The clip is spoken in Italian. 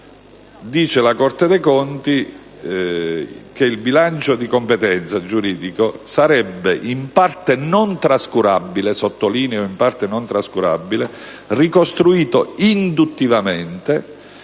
Dice la Corte dei conti che il bilancio di competenza, giuridico, sarebbe in parte non trascurabile - sottolineo in parte